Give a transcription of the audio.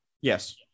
Yes